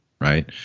Right